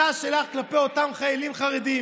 אותם חיילים חרדים,